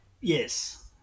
Yes